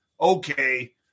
Okay